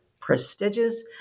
prestigious